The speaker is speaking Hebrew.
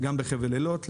גם בחבל אילות.